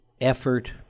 effort